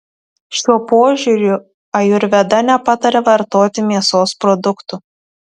šiuo požiūriu ajurveda nepataria vartoti mėsos produktų